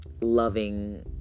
loving